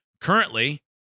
Currently